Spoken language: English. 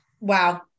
Wow